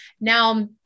Now